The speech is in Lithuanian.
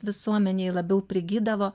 visuomenėj labiau prigydavo